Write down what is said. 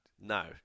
no